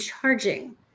charging